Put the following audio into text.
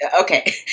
okay